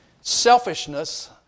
Selfishness